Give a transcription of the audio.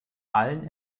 allen